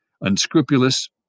unscrupulous